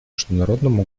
международному